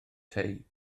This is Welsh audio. tei